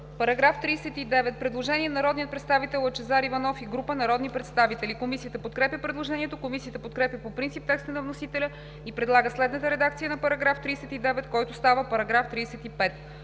По § 20 има предложение на народния представител Лъчезар Иванов и група народни представители. Комисията подкрепя предложението. Комисията подкрепя по принцип текста на вносителя и предлага следната редакция на § 20, който става § 21: „§ 21.